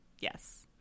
yes